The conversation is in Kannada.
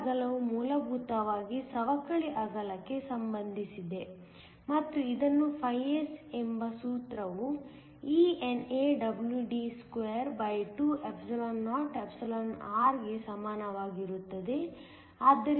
ಈ ಅಗಲವು ಮೂಲಭೂತವಾಗಿ ಸವಕಳಿ ಅಗಲಕ್ಕೆ ಸಂಬಂಧಿಸಿದೆ ಮತ್ತು ಇದನ್ನು φs ಎಂಬ ಸೂತ್ರವು eNAWD22or ಗೆ ಸಮನಾಗಿರುತ್ತದೆ